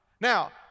Now